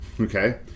Okay